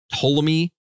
Ptolemy